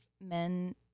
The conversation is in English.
men